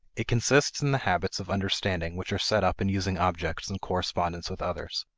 it consists in the habits of understanding, which are set up in using objects in correspondence with others,